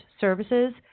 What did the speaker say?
services